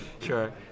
Sure